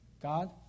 God